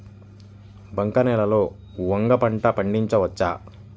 బంక నేలలో వంగ పంట పండించవచ్చా?